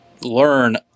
learn